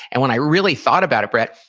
and when i really thought about it, brett,